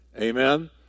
amen